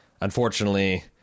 Unfortunately